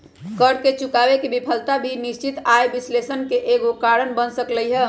कर न चुकावे के विफलता भी निश्चित आय विश्लेषण के एगो कारण बन सकलई ह